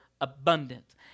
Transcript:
abundant